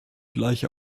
gleiche